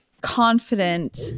confident